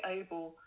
able